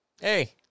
hey